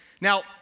Now